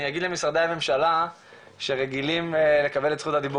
אני אגיד למשרדי הממשלה שרגילים לקבל את זכות הדיבור